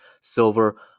silver